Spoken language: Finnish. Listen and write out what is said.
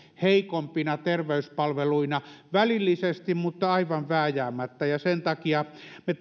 heikompina terveyspalveluina välillisesti mutta aivan vääjäämättä sen takia vaikka me